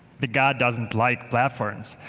the guy doesn't like platforms.